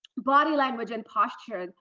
body language and posture.